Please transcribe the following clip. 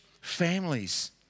families